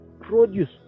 produce